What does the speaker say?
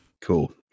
Cool